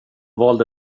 valde